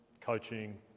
coaching